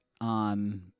on